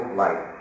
life